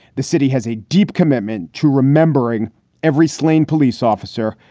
the city has a deep commitment to remembering every slain police officer,